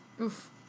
Oof